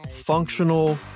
functional